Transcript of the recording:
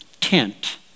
tent